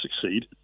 succeed